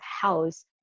house